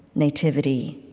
nativity,